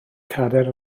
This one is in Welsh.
cadair